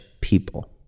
people